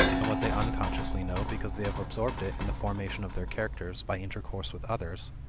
and what they unconsciously know because they have absorbed it in the formation of their characters by intercourse with others,